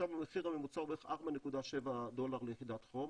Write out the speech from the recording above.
שם המחיר הממוצע הוא בערך 4.7 דולר ליחידת חום.